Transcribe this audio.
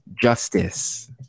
justice